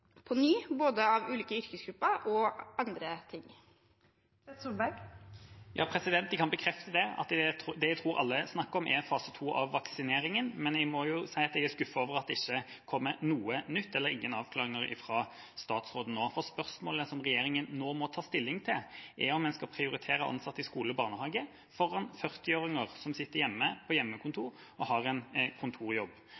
både av ulike yrkesgrupper og av andre ting. Jeg kan bekrefte at det jeg tror alle snakker om, er fase 2 av vaksineringen. Men jeg må si at jeg er skuffet over at det ikke kommer noe nytt eller noen avklaringer fra statsråden nå. Spørsmålene som regjeringa nå må ta stilling til, er om man skal prioritere ansatte i skoler og barnehager foran 40-åringer som sitter hjemme på